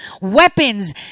weapons